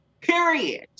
period